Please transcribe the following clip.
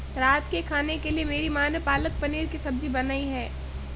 रात के खाने के लिए मेरी मां ने पालक पनीर की सब्जी बनाई है